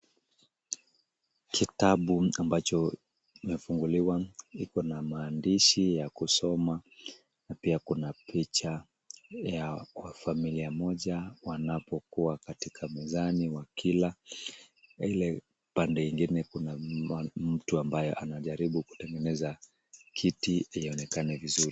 Kitabu ambacho kimefunguliwa kiko na maandishi ya kusoma na pia kuna picha ya familia moja wanapokuwa katika mezani wakila. Ile pande ingine kuna mtu ambaye anajaribu kutengeneza kiti ionekanane vizuri.